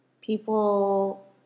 people